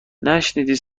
نشنیدی